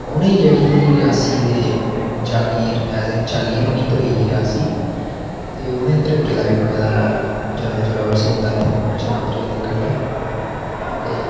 उ'नें ई जेह्ड़ी रियासी ते जगीर एज ए जागीर उ'नेंगी थ्होई ही रियासी ते उत्थै हून इक्क किला बी बने दा जनरल जोरावर सिंह उं'दा चन्हा दे कंढ़ै ते